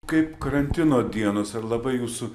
kaip karantino dienos ar labai jūsų